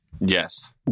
Yes